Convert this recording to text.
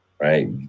right